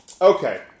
Okay